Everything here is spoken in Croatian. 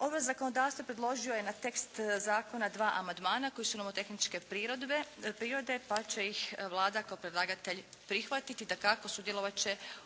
Ovo zakonodavstvo predložio je na tekst zakona dva amandmana koje su nomotehničke prirode pa će ih Vlada kao predlagatelj prihvatiti. I dakako sudjelovat će u